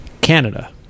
Canada